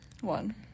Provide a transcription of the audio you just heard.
One